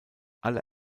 alle